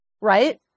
right